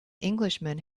englishman